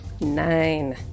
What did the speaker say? Nine